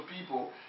people